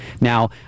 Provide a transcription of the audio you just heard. Now